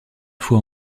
fois